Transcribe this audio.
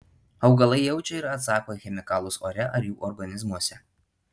augalai jaučia ir atsako į chemikalus ore ar jų organizmuose